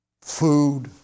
food